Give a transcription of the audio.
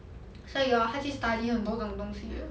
so ya 他去 study 很多这种东西的